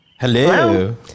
Hello